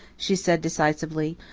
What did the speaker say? she said decisively,